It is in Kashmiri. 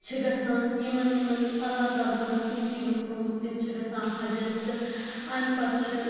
چھِ گژھان یِمَن یِمَن اَللہ تعالیٰ ہَن آسہِ نصیٖبَس تھومُت تِم چھِ گژھان حجَس تہٕ ٲں اَمہِ پَتہٕ چھِ